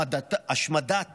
השמדת